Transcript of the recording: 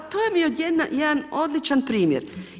To vam je jedan odličan primjer.